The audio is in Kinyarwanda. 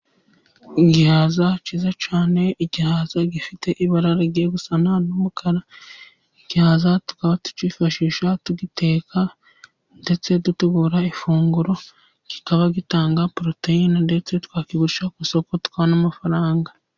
Igihaza cyiza cyane igihaza gifite ibara rigiye gusana n'umukara, igihaza tukaba tukifashisha tugiteka ndetse dutegura ifunguro, kikaba gitanga poroteyine ndetse twakigurisha ku soko tukabona amafaranga.